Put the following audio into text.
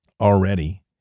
already